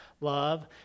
love